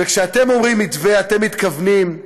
כשאתם אומרים "מתווה" אתם מתכוונים,